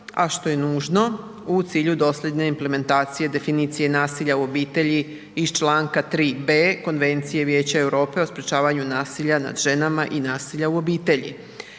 a što je nužno u cilju dosljedne implementacije definicije nasilja u obitelji iz čl. 3.b Konvencije Vijeća Europe o sprječavanju nasilja nad ženama i nasilja u obitelji.